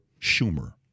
Schumer